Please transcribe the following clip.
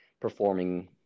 performing